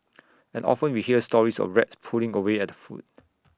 and often we hear stories of rats pulling away at the food